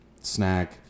snack